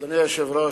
אדוני היושב-ראש,